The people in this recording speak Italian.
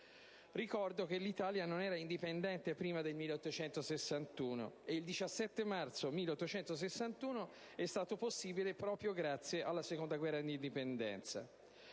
Ricordo che l'Italia non era indipendente prima del 1861 e che il 17 marzo di quell'anno è stato possibile proprio grazie alla Seconda guerra d'indipendenza.